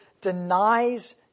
denies